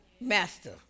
master